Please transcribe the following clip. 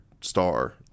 star